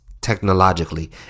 technologically